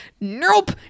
nope